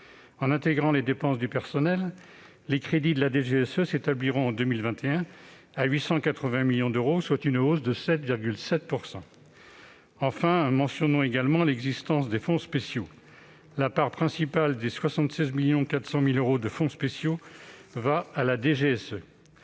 En intégrant les dépenses de personnel, les crédits de la DGSE s'établiront en 2021 à 880 millions d'euros, soit une hausse de 7,7 %. Enfin, mentionnons également l'existence des fonds spéciaux. La part principale des 76,4 millions d'euros de fonds spéciaux va à la DGSE.